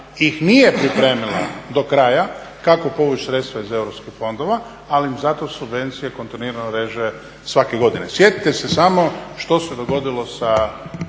ih nije pripremila do kraja, kako povući sredstva iz EU fondova, ali im zato subvencije … reže svake godine. Sjetite se samo što se dogodilo sa